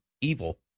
evil